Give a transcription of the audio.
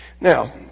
Now